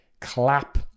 clap